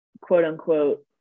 quote-unquote